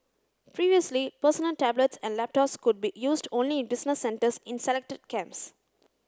previously personal tablets and laptops could be used only in business centres in selected camps